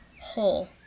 whole